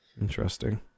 interesting